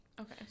Okay